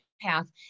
path